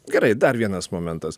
gerai dar vienas momentas